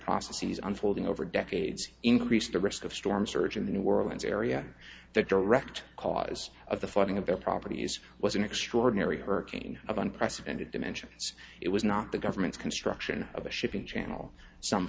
processes unfolding over decades increased the risk of storm surge in the new orleans area the direct cause of the flooding of their properties was an extraordinary hurricane of unprecedented dimensions it was not the government's construction of a shipping channel some